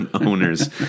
owners